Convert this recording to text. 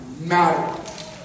matter